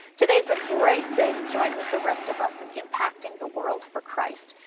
today's a great day to join with the rest of us in impacting the world for christ.